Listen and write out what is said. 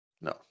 no